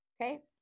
okay